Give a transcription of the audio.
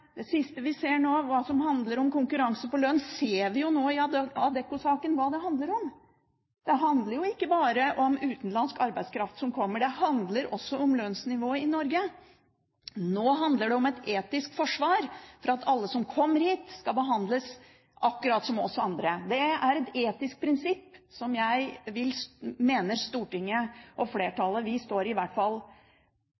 Det siste vi ser nå av hva konkurranse på lønn handler om, er Adecco-saken. Det handler ikke bare om utenlandsk arbeidskraft som kommer. Det handler også om lønnsnivået i Norge. Nå handler det om et etisk forsvar for at alle som kommer hit, skal behandles akkurat som oss andre. Det er et etisk prinsipp. Stortingsflertallet står i hvert fall helt fast på det. Det andre er at hvis vi ikke stopper dette, er dette et angrep på vanlige folks lønns- og